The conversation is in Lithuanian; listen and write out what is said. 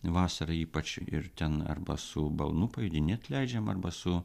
vasarą ypač ir ten arba su balnu pajodinėt leidžiam arba su